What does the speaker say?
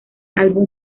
álbum